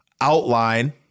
outline